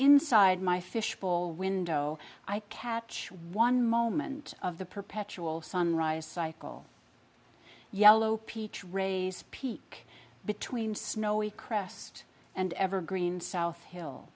inside my fishbowl window i catch one moment of the perpetual sun rise cycle yellow peach ray's peak between snowy crest and evergreen south hill